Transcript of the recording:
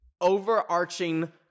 overarching